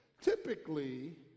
typically